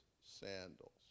sandals